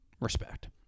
respect